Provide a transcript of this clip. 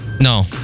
No